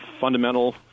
fundamental